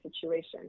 situation